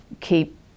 keep